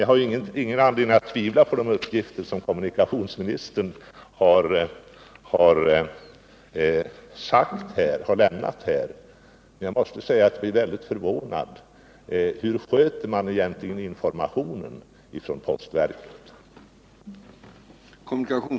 Jag har ingen anledning att tvivla på de uppgifter som kommunikationsministern har lämnat, men jag måste säga att jag är mycket förvånad över hur postverket egentligen sköter sin information.